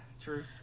True